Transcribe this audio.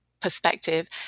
perspective